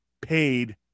paid